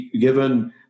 given